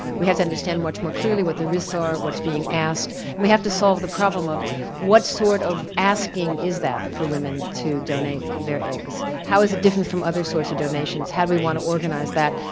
we have to understand much more clearly what the risks are, what's being asked, and we have to solve the problem of what sort of asking is that for women to donate their eggs. how is it different from other sorts of donations, how do we want to organise that,